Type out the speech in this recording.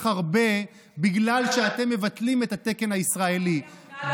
הרבה בגלל שאתם מבטלים את התקן הישראלי.